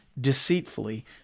deceitfully